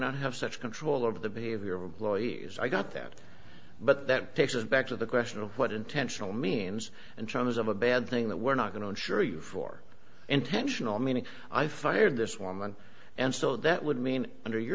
not have such control over the behavior of employees i got that but that takes us back to the question of what intentional means and charges of a bad thing that we're not going to insure you for intentional meaning i fired this woman and so that would mean under your